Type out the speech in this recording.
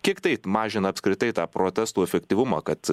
kiek tai mažina apskritai tą protestų efektyvumą kad